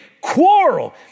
quarrel